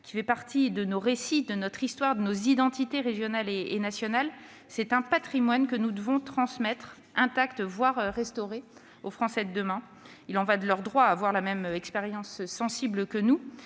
fait partie de nos récits, de notre histoire, de nos identités régionales et nationale. C'est un patrimoine que nous devons transmettre intact, voire restauré, aux Français de demain. Il y va de leur droit à connaître la même expérience sensible que nous.